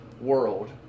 world